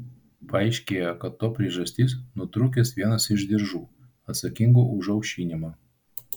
paaiškėjo kad to priežastis nutrūkęs vienas iš diržų atsakingų už aušinimą